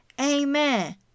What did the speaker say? Amen